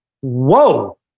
whoa